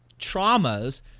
traumas